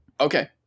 Okay